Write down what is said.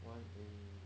one in